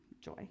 joy